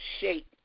shape